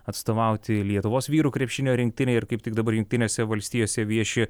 atstovauti lietuvos vyrų krepšinio rinktinei ir kaip tik dabar jungtinėse valstijose vieši